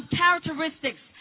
characteristics